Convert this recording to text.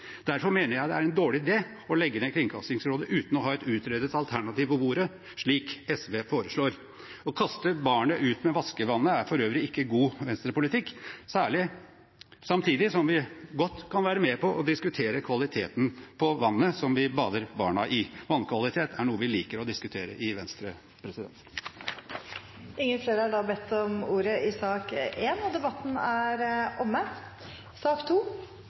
Derfor mener jeg det er en dårlig idé å legge ned Kringkastingsrådet uten å ha et utredet alternativ på bordet, slik SV foreslår. Å kaste barnet ut med vaskevannet er for øvrig ikke god Venstre-politikk, samtidig som vi godt kan være med på å diskutere kvaliteten på vannet vi bader barna i. Vannkvalitet er noe vi liker å diskutere i Venstre. Flere har ikke bedt om ordet til sak nr. 1. Etter ønske fra energi- og